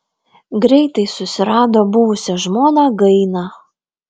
greitai susirado buvusią žmoną gainą